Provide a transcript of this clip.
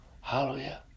Hallelujah